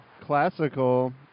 classical